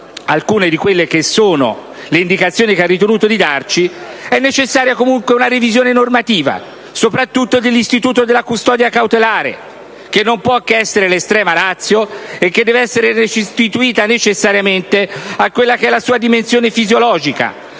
alcune delle indicazioni che ha ritenuto di fornirci), è necessaria una revisione normativa, soprattutto dell'istituto della custodia cautelare, che non può che essere l'*extrema ratio* e che deve essere restituita necessariamente alla sua dimensione fisiologica,